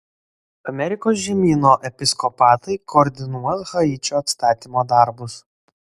amerikos žemyno episkopatai koordinuos haičio atstatymo darbus